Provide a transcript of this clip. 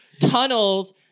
tunnels